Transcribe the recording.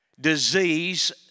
disease